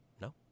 No